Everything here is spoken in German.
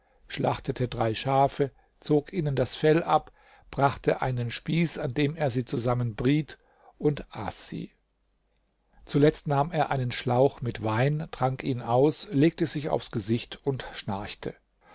schlachtete drei schafe zog ihnen das fell ab brachte einen spieß an dem er sie zusammen briet und aß sie zuletzt nahm er einen schlauch mit wein trank ihn aus legte sich aufs gesicht und schnarchte